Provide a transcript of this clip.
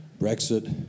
Brexit